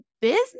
business